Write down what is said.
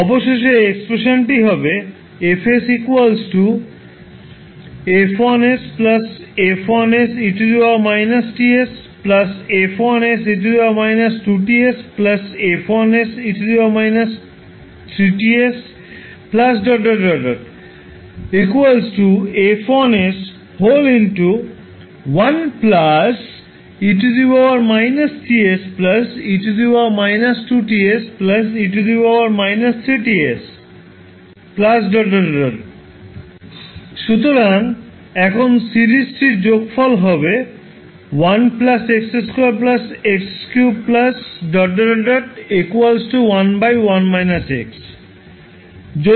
অবশেষে এক্সপ্রেশানটি হবে 𝐹𝑠 𝐹1𝑠 𝐹1𝑠𝑒−𝑇𝑠 𝐹1𝑠𝑒−2𝑇𝑠 𝐹1𝑠𝑒−3𝑇𝑠 ⋯ 𝐹1𝑠1 𝑒−𝑇𝑠 𝑒−2𝑇𝑠 𝑒−3𝑇𝑠 ⋯ সুতরাং এখন সিরিজটির যোগফল হবে 1 𝑥2 𝑥3 ⋯ 1 1 − 𝑥 যদি